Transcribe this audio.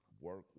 work